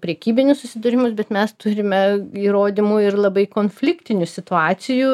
prekybinius susidūrimus bet mes turime įrodymų ir labai konfliktinių situacijų